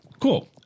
Cool